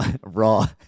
raw